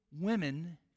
women